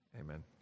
Amen